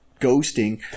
ghosting